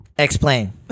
explain